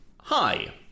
hi